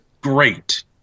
Great